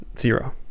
zero